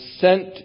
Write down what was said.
sent